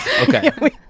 okay